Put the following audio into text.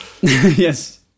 Yes